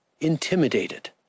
intimidated